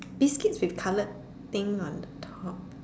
biscuits with colour thing on top